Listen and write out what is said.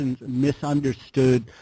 misunderstood